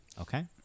Okay